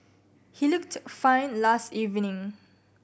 he looked fine last evening